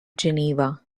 geneva